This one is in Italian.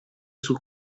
sul